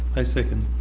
i second.